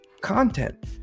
content